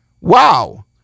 wow